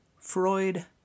Freud